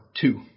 two